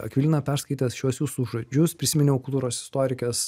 akvilina perskaitęs šiuos jūsų žodžius prisiminiau kultūros istorikės